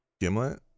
Gimlet